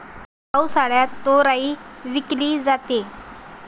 पावसाळ्यात तोराई पिकवली जाते